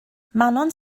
manon